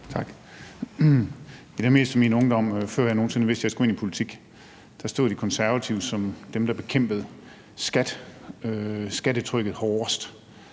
Tak. I det meste af min ungdom, før jeg vidste, at jeg skulle ind i politik, stod De Konservative som dem, der bekæmpede skattetrykket hårdest